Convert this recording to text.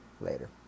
Later